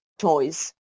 choice